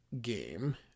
game